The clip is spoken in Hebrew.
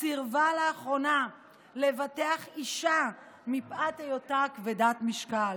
סירבה לאחרונה לבטח אישה מפאת היותה כבדת משקל.